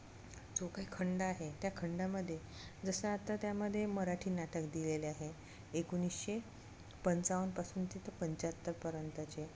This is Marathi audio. जो काही खंड आहे त्या खंडामध्ये जसं आत्ता त्यामध्ये मराठी नाटक दिलेले आहे एकोणीसशे पंचावन्नपासून ते तर पंच्याहत्तरपर्यंतचे